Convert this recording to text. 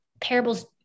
parables